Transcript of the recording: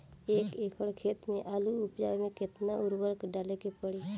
एक एकड़ खेत मे आलू उपजावे मे केतना उर्वरक डाले के पड़ी?